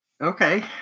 Okay